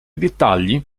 dettagli